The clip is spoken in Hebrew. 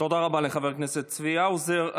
תודה רבה לחבר הכנסת צבי האוזר.